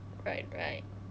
right right